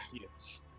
yes